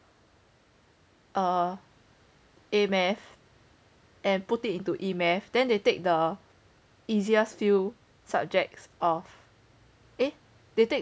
err A math and put it into E math then they take the easiest few subjects of eh they take